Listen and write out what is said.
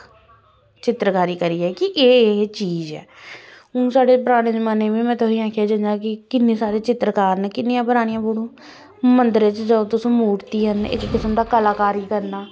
चित्तरकारी करियै कि एह् एह् चीज़ ऐ हून साढ़े परानें जमान्नें में तुसें आखेआ जि'यां कि किन्ने सारे चित्तरकार न कि'न्नियां सारियां परानियां फोटोआं मन्दरें च जाओ तुस मूर्तियां न इक किस्म दा कलाकार करना